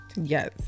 Yes